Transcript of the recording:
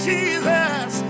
Jesus